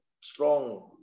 Strong